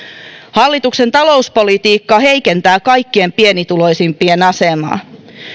hallituksen talouspolitiikka heikentää kaikkein pienituloisimpien asemaa